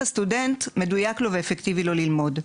הסטודנט מדויק לו ואפקטיבי לו ללמוד.